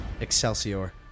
Excelsior